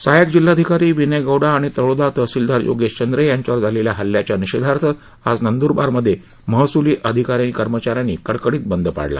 सहाय्यक जिल्हाधिकारी विनय गौडा आणि तळोदा तहसिलदार योगेश चंद्रे यांच्यावर झालेल्या हल्याच्या निषेधार्थ आज नंदुरबार मध्ये महसुली अधिकारी कर्मचाऱ्यांनी कडकडीत बद पाळला